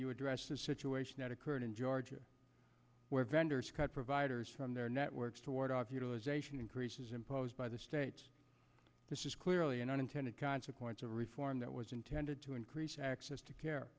you addressed a situation that occurred in georgia where vendors providers from their networks to ward off utilization increases imposed by the state this is clearly an unintended consequence of reform that was intended to increase access to care